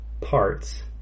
parts